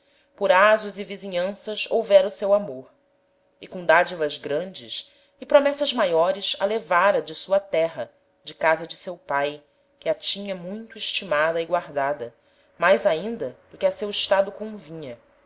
por asos e visinhanças houvera o seu amor e com dadivas grandes e promessas maiores a levára de sua terra de casa de seu pae que a tinha muito estimada e guardada mais ainda do que a seu estado convinha